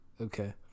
Okay